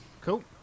Cool